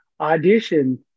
audition